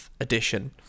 edition